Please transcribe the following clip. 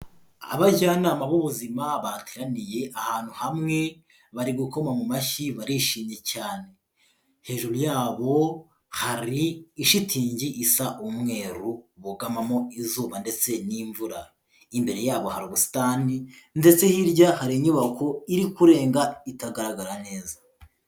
Abajyanama b'ubuzima bateraniye ahantu hamwe bari gukoma mu mashyi barishimye cyane, hejuru yabo hari ishitingi isa umweru bugamamo izuba ndetse n'imvura, imbere yabo hari ubusitani ndetse hirya hari inyubako iri kurenga itagaragara neza.